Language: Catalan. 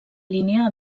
línia